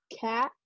cat